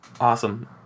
Awesome